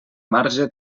marge